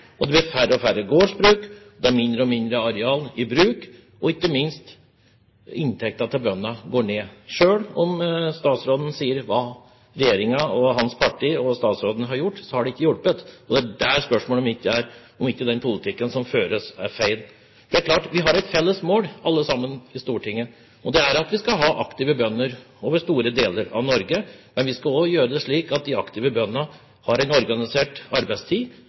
og det blir færre og færre gårdsbruk. Det er mindre og mindre areal i bruk, og ikke minst: Inntektene til bøndene går ned. Selv om statsråden sier hva regjeringen, hans parti og han selv har gjort, har det ikke hjulpet. Og det som er spørsmålet mitt, er om ikke den politikken som føres, er feil. Det er klart: Alle i Stortinget har et felles mål, og det er at vi skal ha aktive bønder over store deler av Norge. Men vi skal også gjøre det slik at de aktive bøndene har en organisert arbeidstid,